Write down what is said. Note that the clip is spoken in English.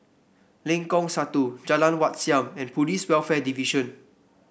Lengkong Satu Jalan Wat Siam and Police Welfare Division